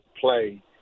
play